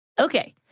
Okay